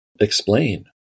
explain